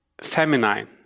feminine